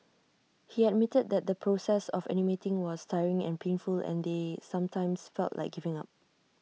he admitted that the process of animating was tiring and painful and they sometimes felt like giving up